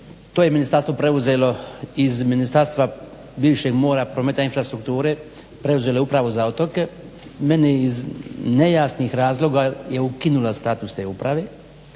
to je ministarstvo preuzelo iz ministarstva bivšeg mora, prometa, infrastrukture preuzelo upravo za otoke. Mene iz nejasnih razloga je ukinula status te uprave.